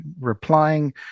replying